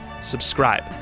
subscribe